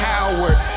Howard